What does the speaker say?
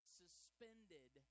suspended